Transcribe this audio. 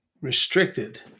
restricted